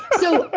so,